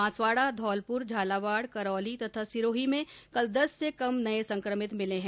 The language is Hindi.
बांसवाडा धौलपुर झालावाडा करौली तथा सिरोही में कल दस से कम नये संकमित मिले हैं